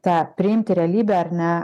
tą priimti realybę ar ne